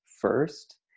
first